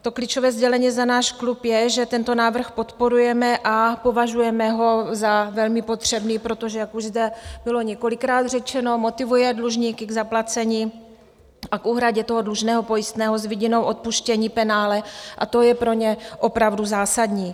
To klíčové sdělení za náš klub je, že tento návrh podporujeme a považujeme ho za velmi potřebný, protože jak už zde bylo několikrát řečeno, motivuje dlužníky k zaplacení a k úhradě toho dlužného pojistného s vidinou odpuštění penále, a to je pro ně opravdu zásadní.